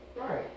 Right